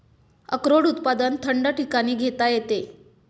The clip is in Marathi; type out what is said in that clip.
अक्रोड उत्पादन थंड ठिकाणी घेता येते